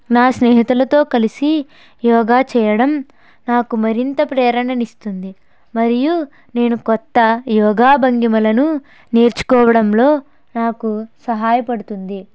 నా స్నేహితులతో కలిసి యోగా చేయడం నాకు మరింత ప్రేరణను ఇస్తుంది మరియు నేను కొత్త యోగా భంగిమలను నేర్చుకోవడంలో నాకు సహాయపడుతుంది